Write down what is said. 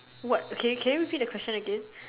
what can can you repeat the question again